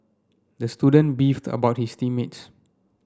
the student beefed about his team mates